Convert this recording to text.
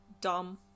dumb